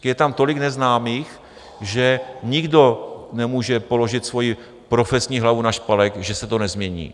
Je tam tolik neznámých, že nikdo nemůže položit svoji profesní hlavu na špalek, že se to nezmění.